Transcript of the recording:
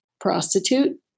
prostitute